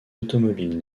automobiles